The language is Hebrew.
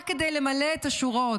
רק כדי למלא את השורות.